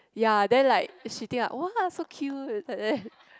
ya then like she think like !wah! so cute like that